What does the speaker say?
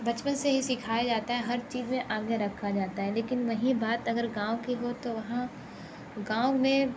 बचपन से ही सिखाया जाता है हर चीज़ में आगे रखा जाता है लेकिन वही बात अगर गांव की हो तो वहाँ गाँव में